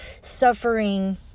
suffering